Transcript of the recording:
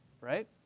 right